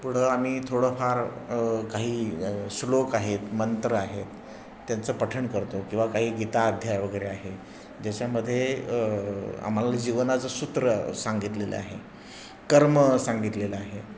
पुढं आम्ही थोडंफार काही श्लोक आहेत मंत्र आहेत त्यांचं पठण करतो किंवा काही गीता अध्याय वगैरे आहे ज्याच्यामध्ये आम्हाला जीवनाचं सूत्र सांगितलेलं आहे कर्म सांगितलेलं आहे